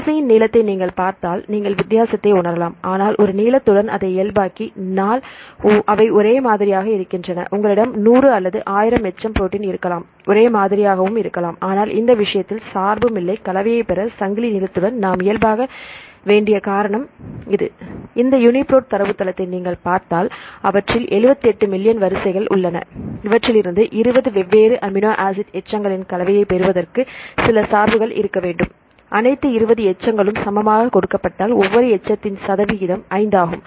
வரிசையின் நீளத்தை நீங்கள் பார்த்தாள் நீங்கள் வித்தியாசத்தை உணரலாம் ஆனால் ஒரு நீளத்துடன் அதை இயல்பாக்கி நாள் அவை ஒரே மாதிரியாக இருக்கின்றன உங்களிடம் 100 அல்லது 1000 எச்சம் புரோட்டின் இருக்கலாம் ஒரே மாதிரியாகவும் இருக்கலாம் ஆனால் இந்த விஷயத்தில் சார்பும் இல்லை கலவையை பெற சங்கிலி நீளத்துடன் நாம் இயல்பாக வேண்டிய காரணம் இது இந்த யுனிபிராட் தரவுத்தளத்தை நீங்கள் பார்த்தால் அவற்றில் 78 மில்லியன் வரிசைகள் உள்ளன இவற்றிலிருந்து 20 வெவ்வேறு அமினோ ஆசிட் எச்சங்களின் கலவைகளை பெறுவதற்கு சில சார்புகள் இருக்கவேண்டும் அனைத்து 20 எச்சங்களும் சமமாக கொடுக்கப்பட்டால் ஒவ்வொரு எச்சத்தின் சதவீதம் 5 ஆகும்